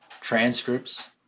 transcripts